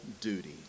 duty